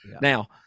now